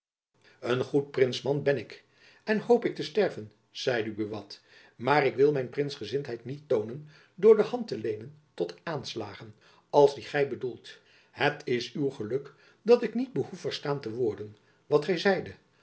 en een goed prinsman ben ik en hoop ik te sterven zeide buat maar ik wil mijn prinsgezindheid niet toonen door de hand te leenen tot aanslagen als die gy bedoelt het is uw geluk dat ik niet behoef verstaan te hebben wat gy